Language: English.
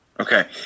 Okay